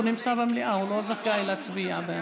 הוא נמצא במליאה, הוא לא זכאי להצביע כך.